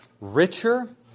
richer